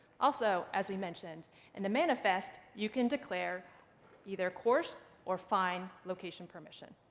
also, as we mentioned in the manifest, you can declare either coarse or fine location permission.